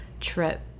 trip